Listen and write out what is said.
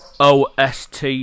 OST